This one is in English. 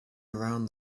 around